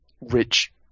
rich